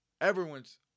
Everyone's